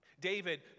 David